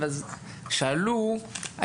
שאלו,